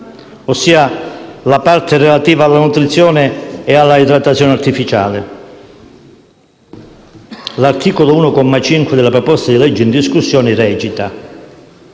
alla parte relativa alla nutrizione e all'idratazione artificiale. L'articolo 1, comma 5, della proposta di legge in discussione recita: